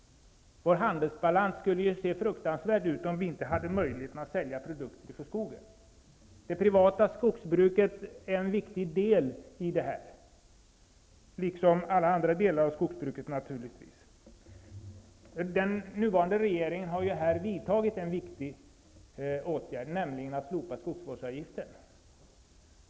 Vår handelsbalans skulle se fruktansvärd ut om vi inte hade möjlighet att sälja produkter från skogen. Det privata skogsbruket är en viktig del i detta, liksom naturligtvis alla andra delar av skogsbruket. Den nuvarande regeringen har i det här sammanhanget vidtagit en viktig åtgärd, nämligen att slopa skogsvårdsavgiften.